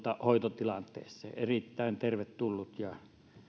hoitotilanteeseen erittäin tervetullut ja